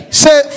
say